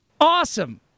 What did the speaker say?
Awesome